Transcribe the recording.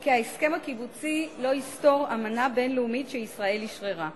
כי ההסכם הקיבוצי לא יסתור אמנה בין-לאומית שישראל אשררה.